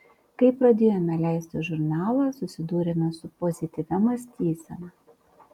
kai pradėjome leisti žurnalą susidūrėme su pozityvia mąstysena